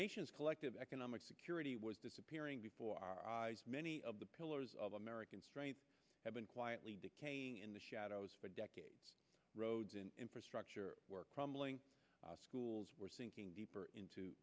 nation's collective economic security was disappearing before our eyes many of the pillars of americans had been quietly decaying in the shadows for decades roads and infrastructure were crumbling schools were sinking deeper into